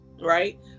right